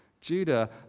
Judah